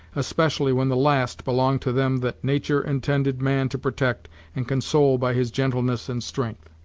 especially when the last belong to them that natur' intended man to protect and console by his gentleness and strength.